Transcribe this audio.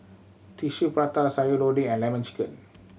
Tissue Prata Sayur Lodeh and Lemon Chicken